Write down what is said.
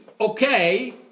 okay